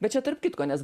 bet čia tarp kitko nes